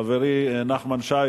חברי נחמן שי,